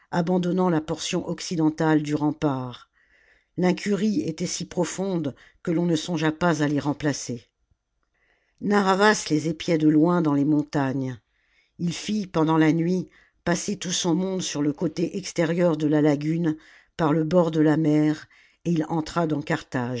abandonnant la portion occidentale du rempart l'incurie était si profonde que l'on ne songea pas à les remplacer narr'havas les épiait de loin dans les montagnes il fit pendant la nuit passer tout son monde sur le côté extérieur de la lagune par le bord de la mer et il entra dans